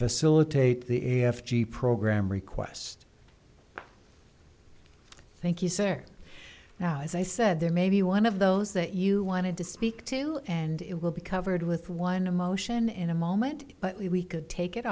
facilitate the f g program request thank you sir now as i said there may be one of those that you wanted to speak to and it will be covered with one emotion in a moment but we could take it